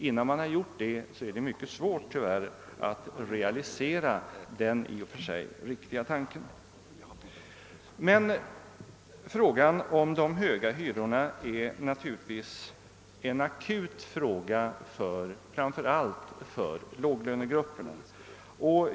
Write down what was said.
Innan man gjort det är det mycket svårt tyvärr att helt förverkliga den 1 och för sig riktiga tanken. Men frågan om de höga hyrorna är naturligtvis en akut fråga framför allt för låglönegrupperna.